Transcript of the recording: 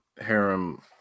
harem